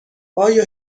آیا